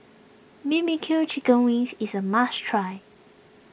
B B Q Chicken Wings is a must try